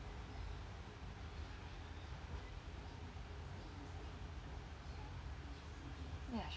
ya